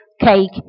cake